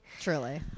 truly